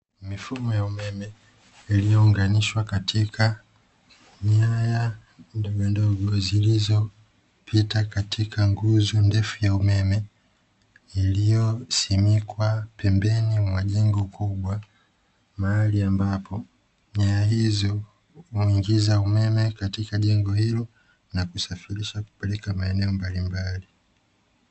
Mifumo ya umeme iliyounganishwa katika nyaya ndogondogo zilizopita katika nguzo ndefu ya umeme; iliyosimikwa pembeni mwa jengo kubwa mahali ambapo nyaya hizo huingiza umeme katika jengo hilo, na kusafirisha kupeleka maeneo mbalimbali.